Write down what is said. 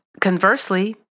Conversely